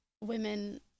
women